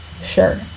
Sure